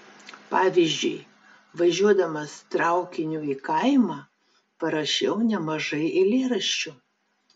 pavyzdžiui važiuodamas traukiniu į kaimą parašiau nemažai eilėraščių